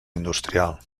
industrial